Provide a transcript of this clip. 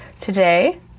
today